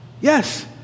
Yes